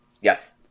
yes